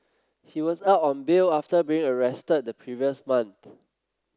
he was out on bail after being arrested the previous month